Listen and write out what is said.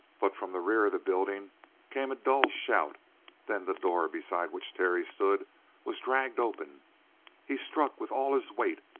but from the rear of the building came a dull shout then the door beside which terry stood was dragged open he struck with all his weight,